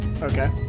Okay